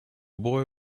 boy